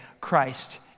Christ